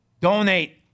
donate